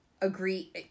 Agree